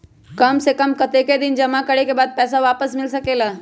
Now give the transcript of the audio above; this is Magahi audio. काम से कम कतेक दिन जमा करें के बाद पैसा वापस मिल सकेला?